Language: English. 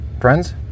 Friends